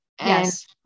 Yes